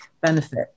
benefit